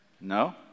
No